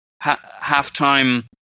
half-time